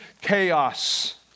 chaos